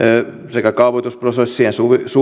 sekä kaavoitusprosessien